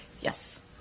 Yes